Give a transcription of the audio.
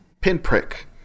pinprick